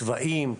צבאים,